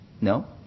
No